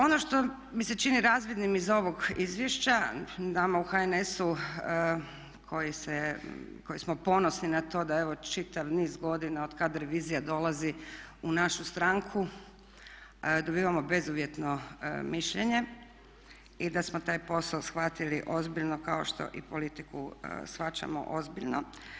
Ono što mi se čini razvidnim iz ovog izvješća, nama u HNS-u koji smo ponosni na to da evo čitav niz godina od kad revizija dolazi u našu stranku dobivamo bezuvjetno mišljenje i da smo taj posao shvatili ozbiljno kao što i politiku shvaćamo ozbiljno.